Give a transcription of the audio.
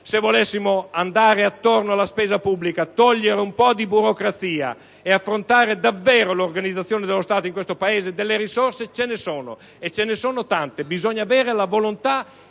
se giriamo attorno alla spesa pubblica, per togliere un po' di burocrazia ed affrontare davvero l'organizzazione dello Stato in questo Paese, delle risorse ce ne sono, e tante. Bisogna avere la volontà